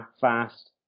fast